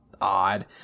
odd